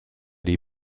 les